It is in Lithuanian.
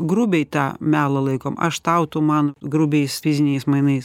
grubiai tą melą laikom aš tau tu man grubiais fiziniais mainais